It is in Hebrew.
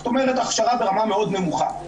זאת אומרת הכשרה ברמה מאוד נמוכה.